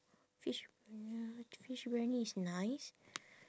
fish ya fish briyani is nice